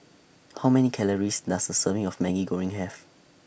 How Many Calories Does A Serving of Maggi Goreng Have